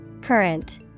Current